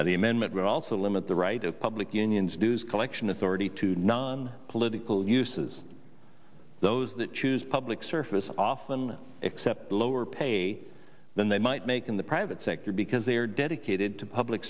as the amendment would also limit the right of public unions dues collection authority to non political uses those that choose public surface often accept lower pay than they might make in the private sector because they are dedicated to public